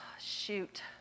shoot